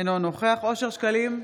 אינו נוכח אושר שקלים,